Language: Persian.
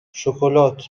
شکلات